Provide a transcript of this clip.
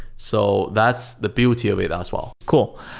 so that's the beauty of it as well cool.